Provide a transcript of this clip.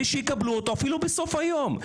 שיקבלו אותו - אפילו בסוף היום.